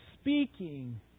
speaking